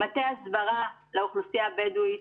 מטה הסברה לאוכלוסייה הבדואית,